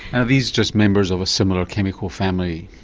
and are these just members of a similar chemical family?